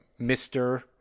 Mr